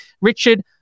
richard